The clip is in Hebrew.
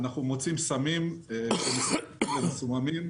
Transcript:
אנחנו מוצאים שמסופקים למסוממים.